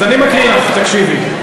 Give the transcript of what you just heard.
אז אני מקריא לך, תקשיבי.